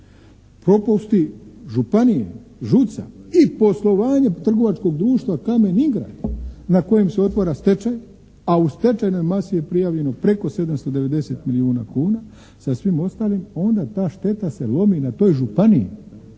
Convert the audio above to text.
propusti županije «ŽUC-a» i poslovanje trgovačkog društva «Kamen Ingrad» nad kojim se otvara stečaj, a u stečajnoj masi je prijavljeno preko 790 milijuna kuna sa svim ostalim onda ta šteta se lomi na toj županiji